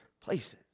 places